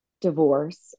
divorce